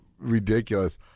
ridiculous